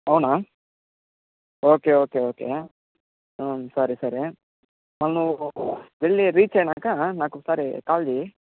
అవునా okay okay okay సరే సరే నువ్వు వెళ్ళి రీచ్ అయినాక నాకు ఒకసారి కాల్ చెయ్యి